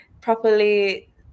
properly